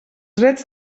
drets